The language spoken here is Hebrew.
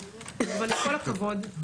אבל עם כל הכבוד,